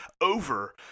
over